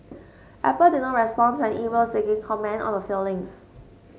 Apple did not respond to an email seeking comment on the filings